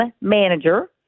manager